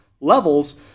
levels